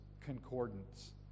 Concordance